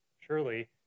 surely